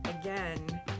again